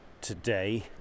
today